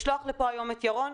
לשלוח לפה היום את ירון,